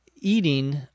eating